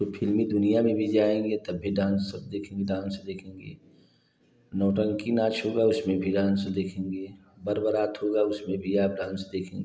तो फ़िल्मी दुनिया में भी जाएँगे तब भी डांस सब देखेंगे डांस देखेंगे नौटंकी नाच होगा उसमें भी डांस देखेंगे बर बारात हुआ उसमें भी आप डांस देखेंगे